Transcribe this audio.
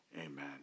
Amen